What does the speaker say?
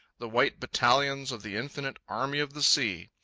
the white battalions of the infinite army of the sea.